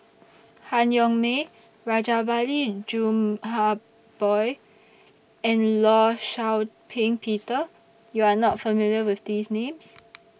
Han Yong May Rajabali and law Shau Ping Peter YOU Are not familiar with These Names